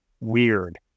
weird